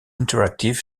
interactive